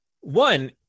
one